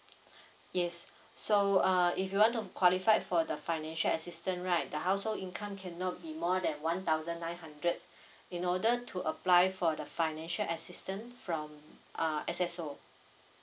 yes so uh if you want to qualify for the financial assistance right the household income cannot be more than one thousand nine hundred in order to apply for the financial assistance from uh S_S_O